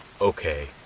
Okay